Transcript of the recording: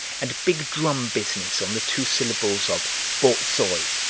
and big-drum business on the two syllables of bor-zoi.